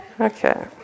Okay